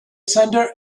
sender